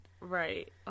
right